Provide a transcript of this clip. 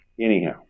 anyhow